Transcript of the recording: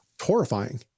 horrifying